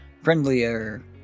friendlier